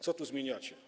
Co tu zmieniacie?